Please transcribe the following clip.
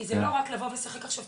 כי זה לא רק לבוא ולשחק עכשיו כדורגל,